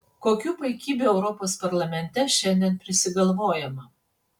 kokių paikybių europos parlamente šiandien prisigalvojama